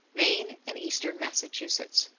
maine and eastern massachusetts.